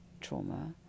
trauma